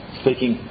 speaking